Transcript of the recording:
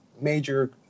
major